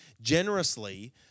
generously